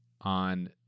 on